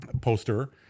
poster